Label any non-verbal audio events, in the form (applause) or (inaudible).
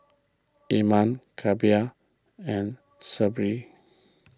Imran (unintelligible) and (unintelligible)